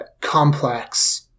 complex